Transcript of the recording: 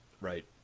Right